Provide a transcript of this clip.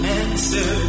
answer